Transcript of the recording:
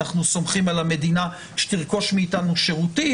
אנחנו סומכים על המדינה שתרכוש מאיתנו שירותים,